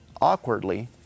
awkwardly